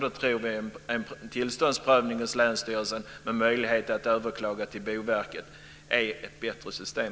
Då tror vi att en tillståndsprövning hos länsstyrelsen med möjlighet att överklaga till Boverket är ett bättre system.